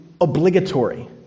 obligatory